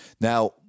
Now